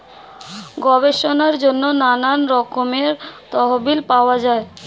গবেষণার জন্য নানা রকমের তহবিল পাওয়া যায়